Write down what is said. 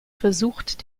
versucht